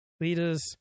leaders